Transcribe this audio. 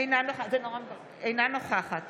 אינה נוכחת